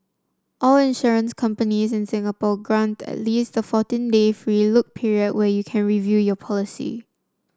all insurance companies in Singapore grant at least a fourteen day free look period where you can review your policy